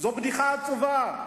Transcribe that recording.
זו בדיחה עצובה.